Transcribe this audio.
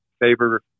favor